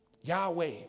Yahweh